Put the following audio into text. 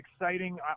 exciting